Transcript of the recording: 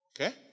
okay